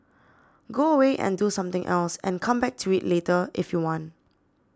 go away and do something else and come back to it later if you want